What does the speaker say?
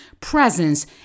presence